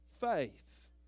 faith